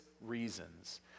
reasons